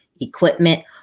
equipment